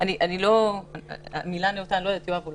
המילה "נאותה", אני לא יודעת --- אני